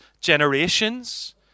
generations